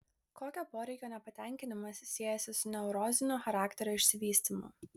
kokio poreikio nepatenkinimas siejasi su neurozinio charakterio išsivystymu